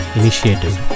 initiative